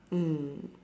mm